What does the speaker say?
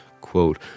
quote